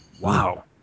Wow